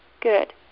good